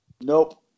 Nope